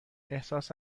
احساس